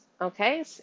Okay